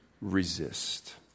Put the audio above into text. resist